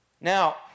Now